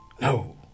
No